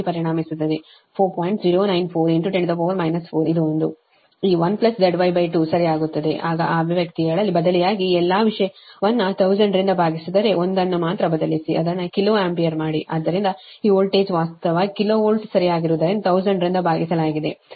094 10 4 ಇದು ಒಂದು ಮತ್ತು ಈ 1ZY2 ಸರಿ ಆಗುತ್ತದೆ ಆಗ ಆ ಅಭಿವ್ಯಕ್ತಿಯಲ್ಲಿ ಬದಲಿಯಾಗಿ ಈ ಎಲ್ಲಾ ವಿಷಯವನ್ನು 1000 ರಿಂದ ಭಾಗಿಸಿದರೆ ಒಂದನ್ನು ಮಾತ್ರ ಬದಲಿಸಿ ಅದನ್ನು ಕಿಲೋ ಆಂಪಿಯರ್ ಮಾಡಿ ಆದ್ದರಿಂದ ಈ ವೋಲ್ಟೇಜ್ ವಾಸ್ತವವಾಗಿ ಕಿಲೋ ವೋಲ್ಟ್ ಸರಿಯಾಗಿರುವುದರಿಂದ 1000 ರಿಂದ ಭಾಗಿಸಲಾಗಿದೆ ಸರಿನಾ